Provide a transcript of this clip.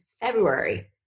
February